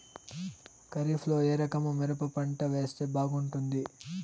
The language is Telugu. ఖరీఫ్ లో ఏ రకము మిరప పంట వేస్తే బాగుంటుంది